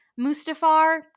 Mustafar